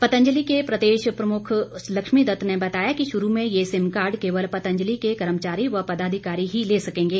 पतंजलि के प्रदेश प्रमुख लक्ष्मीदत्त ने बताया कि शुरू में ये सिम कार्ड केवल पतंजलि के कर्मचारी व पदाधिकारी ही ले सकेंगे